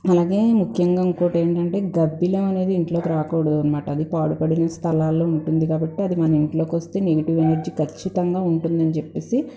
అలాగే ముఖ్యంగా ఇంకోటేంటంటే గబ్బిలం అనేది ఇంట్లోకి రాకూడదు అనమాట అది పాడుపడిన స్థలాల్లో ఉంటుంది కాబట్టి అది మన ఇంట్లోకి వస్తే నెగటివ్ ఎనర్జీ ఖచ్చితంగా ఉంటుంది అని చెప్పేసి